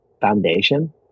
foundation